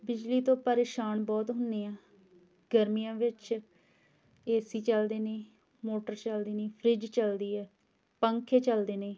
ਬਿਜਲੀ ਤੋਂ ਪਰੇਸ਼ਾਨ ਬਹੁਤ ਹੁੰਦੇ ਹਾਂ ਗਰਮੀਆਂ ਵਿੱਚ ਏ ਸੀ ਚੱਲਦੇ ਨੇ ਮੋਟਰ ਚੱਲਦੇ ਨੇ ਫਰਿੱਜ਼ ਚੱਲਦੀ ਹੈ ਪੰਖੇ ਚੱਲਦੇ ਨੇ